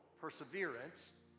perseverance